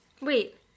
Wait